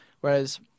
whereas